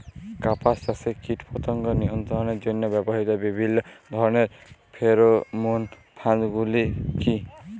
কাপাস চাষে কীটপতঙ্গ নিয়ন্ত্রণের জন্য ব্যবহৃত বিভিন্ন ধরণের ফেরোমোন ফাঁদ গুলি কী?